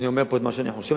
אני אומר פה את מה שאני חושב,